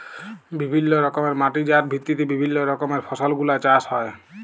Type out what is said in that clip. বিভিল্য রকমের মাটি যার ভিত্তিতে বিভিল্য রকমের ফসল গুলা চাষ হ্যয়ে